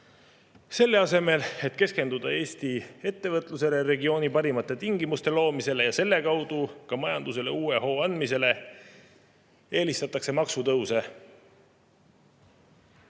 Selle asemel, et keskenduda Eesti ettevõtlusele ja regiooni parimate tingimuste loomisele ja selle kaudu ka majandusele uue hoo andmisele, eelistatakse maksutõuse,